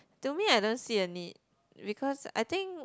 to me I don't see a need because I think